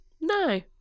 No